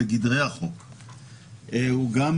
צריכות